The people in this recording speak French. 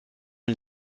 une